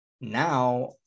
now –